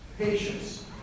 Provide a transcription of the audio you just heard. patience